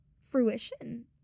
fruition